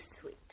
sweet